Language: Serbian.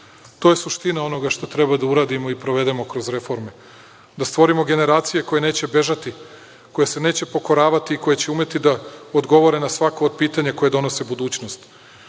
To je suština onoga što treba uradimo i provedemo kroz reforme. Da stvorimo generacije koje neće bežati, koje se neće pokoravati koje će umeti da odgovore na svako od pitanja koje donosi budućnost.